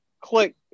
click